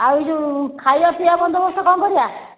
ଆଉ ଏଇ ଯେଉଁ ଖାଇବା ପିଇବା ବନ୍ଦୋବସ୍ତ କ'ଣ କରିବା